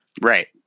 Right